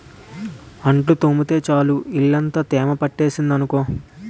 అంట్లు తోమితే చాలు ఇల్లంతా తేమ పట్టేసింది అనుకో